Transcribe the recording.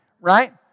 Right